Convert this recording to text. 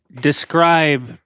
Describe